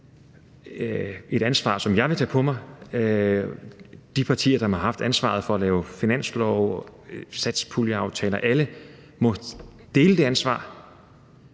et ansvar, som jeg vil tage på mig. De partier, som har haft ansvaret for at lave finanslove og satspuljeaftaler må alle dele det ansvar,